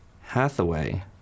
Hathaway